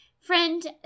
Friend